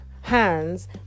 hands